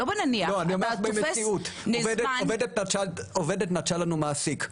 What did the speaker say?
עובדת נטשה לנו מעסיק.